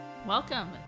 Welcome